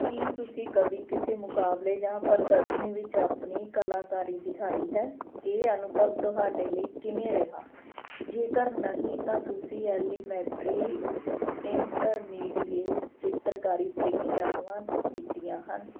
ਕੀ ਤੁਸੀਂ ਕਦੀ ਕਿਸੇ ਮੁਕਾਬਲੇ ਜਾਂ ਪ੍ਰਦਰਸ਼ਨੀ ਵਿੱਚ ਆਪਣੀ ਕਲਾਕਾਰੀ ਦਿਖਾਈ ਹੈ ਇਹ ਅਨੁਭਵ ਤੁਹਾਡੇ ਲਈ ਕਿਵੇਂ ਰਿਹਾ ਜੇਕਰ ਨਹੀਂ ਤਾਂ ਤੁਸੀਂ ਐਲੀਮੈਟਰੀ ਇੰਟਰਮੀਡੀਏ ਚਿੱਤਰਕਾਰੀ ਪ੍ਰੀਖਿਆਵਾਂ ਦਿੱਤੀਆਂ ਹਨ